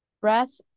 breath